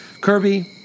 Kirby